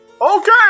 Okay